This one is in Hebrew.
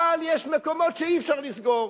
אבל יש מקומות שאי-אפשר לסגור,